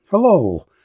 Hello